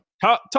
talk